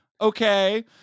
okay